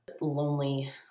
lonely